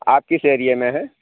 آپ کس ایریے میں ہیں